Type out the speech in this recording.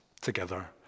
together